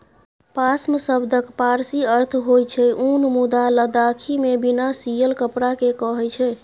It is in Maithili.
पाश्म शब्दक पारसी अर्थ होइ छै उन मुदा लद्दाखीमे बिना सियल कपड़ा केँ कहय छै